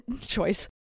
choice